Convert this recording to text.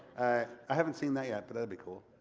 i haven't seen that yet, but that'll be cool.